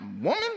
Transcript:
woman